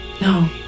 no